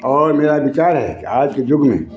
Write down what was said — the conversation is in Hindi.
और मेरा विचार है कि आज के युग में